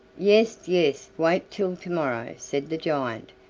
yes, yes, wait till to-morrow, said the giant,